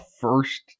first